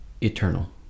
eternal